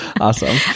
Awesome